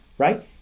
right